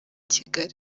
kigali